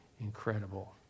incredible